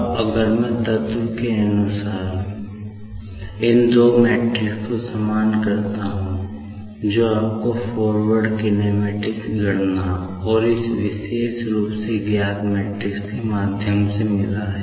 अब अगर मैं तत्व अनुसार इन दो मैट्रिक्स के माध्यम से मिला है